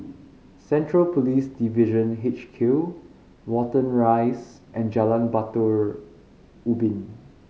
Central Police Division H Q Watten Rise and Jalan Batu Ubin